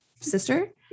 sister